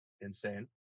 insane